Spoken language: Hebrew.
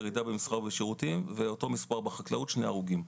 ירידה במסחר ושירותים ואותו מספר בחקלאות שני הרוגים.